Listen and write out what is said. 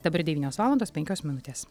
dabar devynios valandos penkios minutės